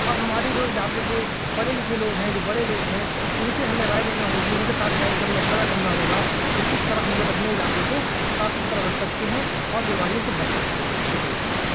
اور ہمارے جو علاقے کے پڑھے لکھے لوگ ہیں جو بڑے لوگ ہیں ان سے ہمیں رائے لینا ہوگی ان کے ساتھ بیٹھ کر مشورہ کرنا ہوگا کہ کس طرح ہم لوگ اپنے علاقوں کو صاف ستھرا رکھ سکتے ہیں اور بیماریوں سے بچ سکتے ہیں شکریہ